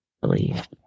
believe